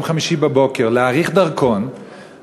חמישי בבוקר להאריך תוקף של דרכון,